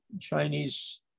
Chinese